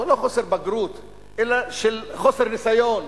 לא חוסר בגרות אלא של חוסר ניסיון,